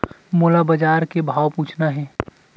मोला बजार के भाव पूछना हे?